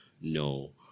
no